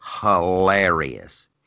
hilarious